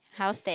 how sad